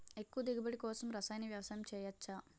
ఎక్కువ దిగుబడి కోసం రసాయన వ్యవసాయం చేయచ్చ?